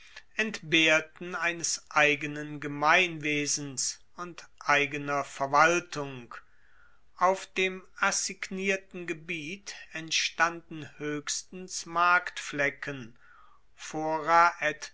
entbehrten eines eigenen gemeinwesens und eigener verwaltung auf dem assignierten gebiet entstanden hoechstens marktflecken